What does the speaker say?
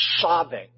sobbing